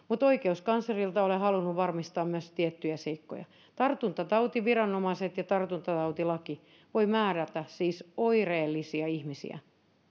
mutta myös oikeuskanslerilta olen halunnut varmistaa tiettyjä seikkoja tartuntatautiviranomaiset ja tartuntatautilaki voivat määrätä karanteeniin siis oireellisia ihmisiä